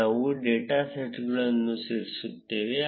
ಮುಂದೆ ನಾವು ಡೇಟಾ ಸೆಟ್ಗಳನ್ನು ಸೇರಿಸುತ್ತೇವೆ